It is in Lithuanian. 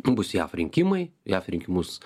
bus jav rinkimai jav rinkimus